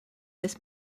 this